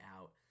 out